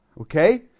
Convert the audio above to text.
okay